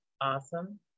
Awesome